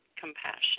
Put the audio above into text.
compassion